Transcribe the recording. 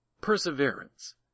perseverance